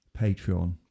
Patreon